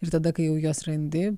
ir tada kai jau juos randi